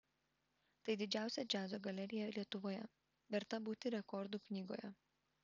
tai didžiausia džiazo galerija lietuvoje verta būti rekordų knygoje